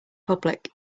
public